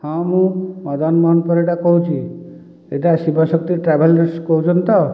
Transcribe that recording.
ହଁ ମୁଁ ମଦନ ମୋହନ ପରିଡ଼ା କହୁଛି ଏଇଟା ଶିବଶକ୍ତି ଟ୍ରାଭେଲରସ୍ରୁ କହୁଛନ୍ତି ତ